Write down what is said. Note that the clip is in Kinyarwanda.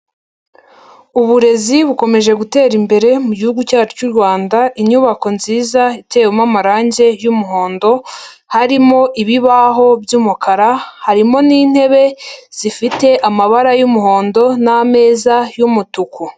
Uburezi bukomeje gutera imbere mu gihugu cyacu cy'u Rwanda, inyubako nziza, itewemo amarangi y'umuhondo, harimo ibibaho by'umukara, harimo n'intebe zifite amabara y'umuhondo n'ameza y'umutuku.